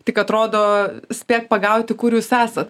tik atrodo spėk pagauti kur jūs esat